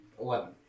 Eleven